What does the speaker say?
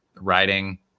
writing